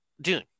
Dune